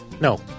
No